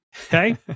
Okay